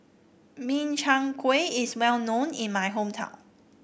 Min Chiang Kueh is well known in my hometown